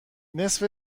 نصف